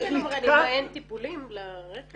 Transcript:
מה לא מרעננים, אין טיפולים לרכבים?